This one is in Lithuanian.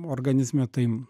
organizme tai